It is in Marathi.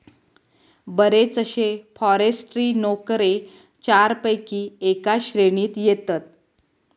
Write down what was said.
बरेचशे फॉरेस्ट्री नोकरे चारपैकी एका श्रेणीत येतत